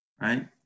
right